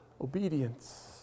obedience